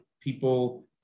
people